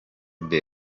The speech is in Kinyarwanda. the